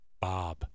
Bob